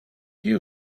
you